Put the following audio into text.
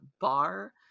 bar